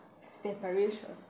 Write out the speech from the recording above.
separation